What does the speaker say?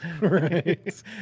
Right